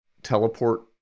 teleport